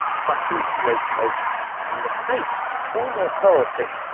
buttoned great coat and the face all authority,